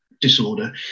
disorder